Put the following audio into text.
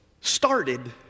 started